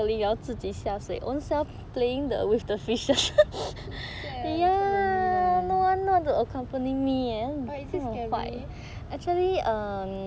so sad so lonely leh but is it scary